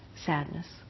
sadness